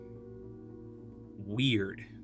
weird